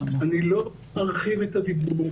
אני לא ארחיב את הדיבור,